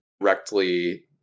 directly